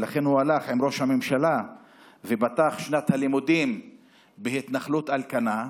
ולכן הוא הלך עם ראש הממשלה ופתח את שנת הלימודים בהתנחלות אלקנה.